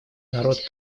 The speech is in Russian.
народ